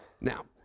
now